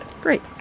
Great